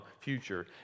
future